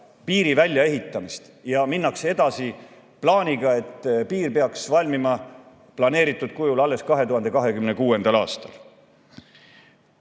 piiri väljaehitamist. Ja minnakse edasi plaaniga, et piir peaks valmima planeeritud kujul alles 2026. aastal.